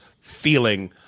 feeling